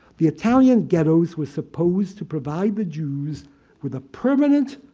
the italian ghettos were supposed to provide the jews with a permanent,